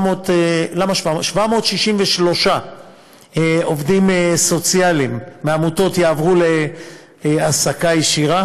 763 עובדים סוציאליים מהעמותות יעברו להעסקה ישירה.